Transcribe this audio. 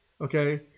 Okay